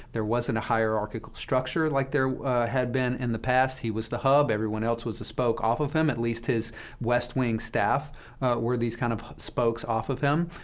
there wasn't a hierarchical structure like there had been in the past. he was the hub. everyone else was the spoke off of him. at least his west wing staff were these kind of spokes off of him.